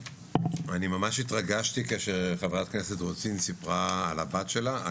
ממש התרגשתי כשחברת הכנסת רוזין סיפרה על הבת שלה.